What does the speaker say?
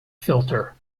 filter